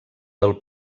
del